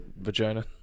Vagina